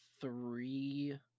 three